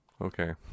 Okay